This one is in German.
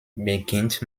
beginnt